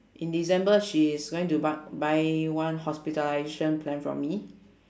in december she is going to bu~ buy one hospitalization plan from me